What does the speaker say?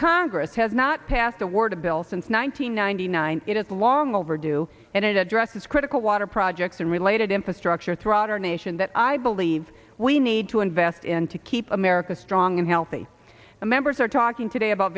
congress has not passed the word a bill since one thousand nine hundred nine it is long overdue and it addresses critical water projects and related infrastructure throughout our nation that i believe we need to invest in to keep america strong and healthy the members are talking today about